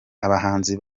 abahanzi